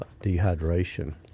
dehydration